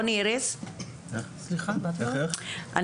אני